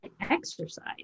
exercise